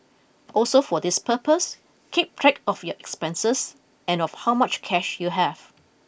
also for this purpose keep track of your expenses and of how much cash you have